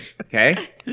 Okay